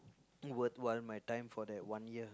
worthwhile my time for that one year